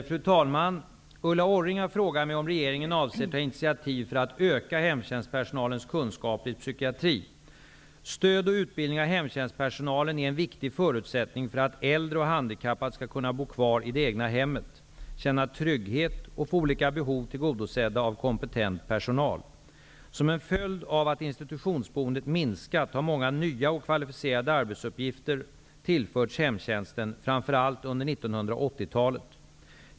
Fru talman! Ulla Orring har frågat mig om regeringen avser att ta initiativ för att öka hemtjänstpersonalens kunskaper i psykiatri. Stöd och utbildning av hemtjänstpersonalen är en viktig förutsättning för att äldre och handikappade skall kunna bo kvar i det egna hemmet, känna trygghet och få olika behov tillgodosedda av kompetent personal. Som en följd av att institutionsboendet minskat har många nya och kvalificerade arbetsuppgifter tillförts hemtjänsten, framför allt under 1980-talet.